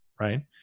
Right